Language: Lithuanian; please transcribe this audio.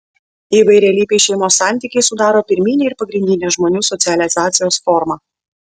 įvairialypiai šeimos santykiai sudaro pirminę ir pagrindinę žmonių socializacijos formą